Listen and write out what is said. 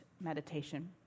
meditation